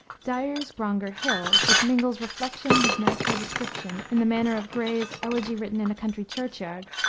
dyer's grongar hill, which mingles reflection with natural description in the manner of gray's elegy written in a country churchyard,